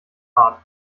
art